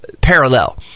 parallel